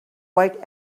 quiet